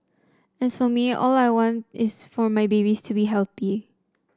as for me all I want is for my babies to be healthy